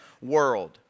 world